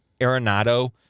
Arenado